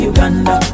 Uganda